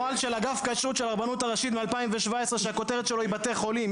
נוהל של אגף כשרות של הרבנות הראשית מ-2017 שהכותרת שלו היא בתי חולים,